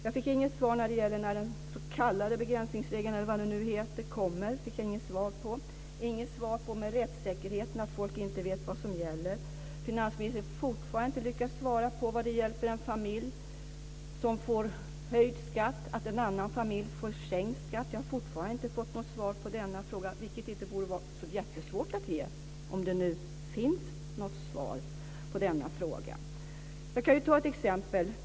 Jag fick inget svar på frågan när den s.k. begränsningsregeln kommer. Jag fick inget svar på frågan om rättssäkerheten och om att folk inte vet vad som gäller. Finansministern har fortfarande inte lyckats svara på hur det hjälper en familj som får höjd skatt att en annan familj får sänkt skatt. Jag har fortfarande inte fått något svar på denna fråga, vilket inte borde vara så jättesvårt att ge - om det nu finns något svar. Vi kan ta ett exempel.